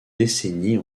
décennies